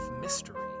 mystery